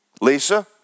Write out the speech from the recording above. Lisa